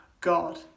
God